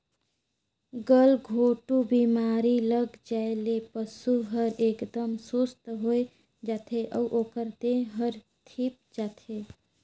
गलघोंटू बेमारी लग जाये ले पसु हर एकदम सुस्त होय जाथे अउ ओकर देह हर धीप जाथे